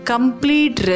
Complete